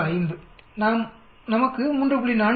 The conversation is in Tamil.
05 நமக்கு 3